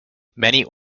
many